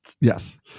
Yes